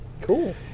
Cool